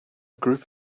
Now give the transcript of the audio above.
group